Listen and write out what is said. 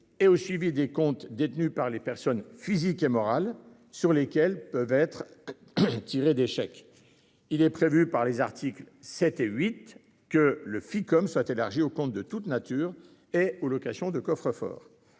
et au suivi des comptes détenus par les personnes physiques et morales sur lesquels peuvent être tirés des chèques. Il est prévu dans les articles 7 et 8 que le Ficom soit élargi aux comptes de toute nature et aux locations de coffres-forts.